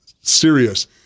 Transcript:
serious